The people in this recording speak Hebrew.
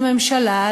לממשלה,